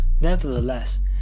nevertheless